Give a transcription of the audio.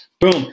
boom